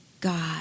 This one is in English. God